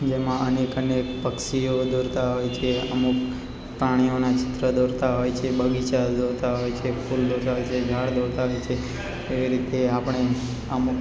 જેમાં અનેક અનેક પક્ષીઓ દોરતા હોય છે અમુક પ્રાણીઓના ચિત્ર દોરતા હોય છે બગીચા દોરતા હોય છે ફૂલ દોરતા હોય છે ઝાડ દોરતા હોય છે એવી રીતે આપણે અમુક